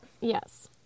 Yes